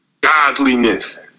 godliness